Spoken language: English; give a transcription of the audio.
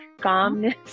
calmness